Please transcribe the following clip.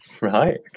Right